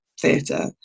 theatre